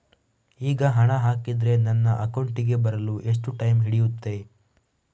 ಈಗ ಹಣ ಹಾಕಿದ್ರೆ ನನ್ನ ಅಕೌಂಟಿಗೆ ಬರಲು ಎಷ್ಟು ಟೈಮ್ ಹಿಡಿಯುತ್ತೆ?